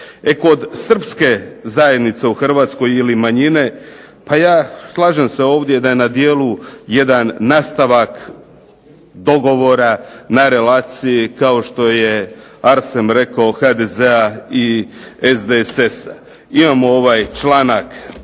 E kod Srpske zajednice u Hrvatskoj ili manjine ja se slažem da je ovdje na djelu jedan nastavak dogovora na relaciji kao što je Arsen rekao HDZ-a i SDSS-a. Imamo članak